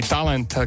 Talent